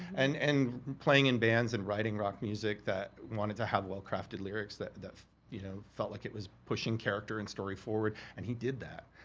and and playing in bands, and writing rock music that wanted to have well-crafted lyrics that you know felt like it was pushing character and story forward, and he did that.